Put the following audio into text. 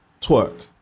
twerk